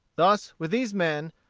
thus with these men,